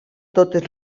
totes